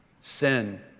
Sin